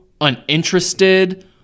uninterested